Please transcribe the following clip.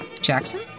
Jackson